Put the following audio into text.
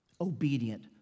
obedient